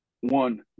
one